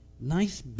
nice